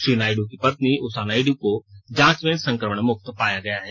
श्री नायड् की पत्नी ऊषा नायड् को जांच में संक्रमण मुक्त पाया गया है